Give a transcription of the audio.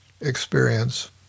experience